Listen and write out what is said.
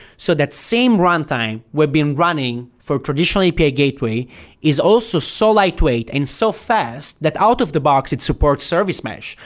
so that same runtime we've been running for traditional api gateway is also so lightweight and so fast that out of the box it support service mesh.